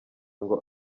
ngo